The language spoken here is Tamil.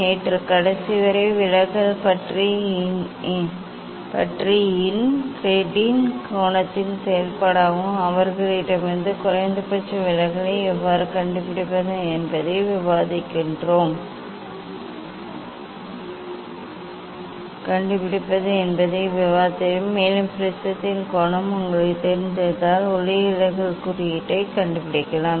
நேற்று கடைசி வகுப்பில் விலகல் பற்றி இன்ரெடின் கோணத்தின் செயல்பாடாகவும் அவர்களிடமிருந்து குறைந்தபட்ச விலகலை எவ்வாறு கண்டுபிடிப்பது என்பதையும் விவாதித்தீர்கள் மேலும் ப்ரிஸத்தின் கோணம் உங்களுக்குத் தெரிந்தால் ஒளிவிலகல் குறியீட்டைக் கண்டுபிடிக்கலாம்